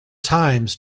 times